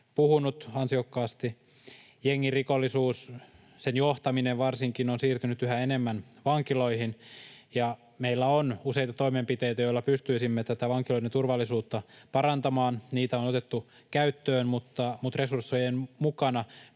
puhunut ansiokkaasti. Jengirikollisuus, sen johtaminen varsinkin, on siirtynyt yhä enemmän vankiloihin, ja meillä on useita toimenpiteitä, joilla pystyisimme vankiloiden turvallisuutta parantamaan. Niitä on otettu käyttöön, mutta resurssien mukana